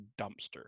dumpster